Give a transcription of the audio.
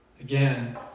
Again